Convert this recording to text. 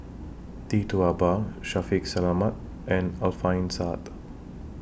Tee Tua Ba Shaffiq Selamat and Alfian Sa'at